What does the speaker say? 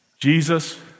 Jesus